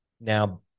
now